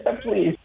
Please